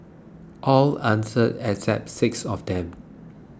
all answered except six of them